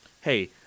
hey